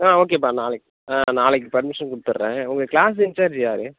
ஓகேப்பா நாளைக்கு பர்மிஷன் கொடுத்துறேன் உங்கள் கிளாஸ் இன்சார்ஜ் யார்